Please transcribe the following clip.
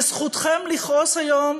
וזכותכם לכעוס היום,